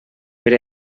per